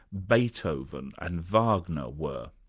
beethoven and wagner were.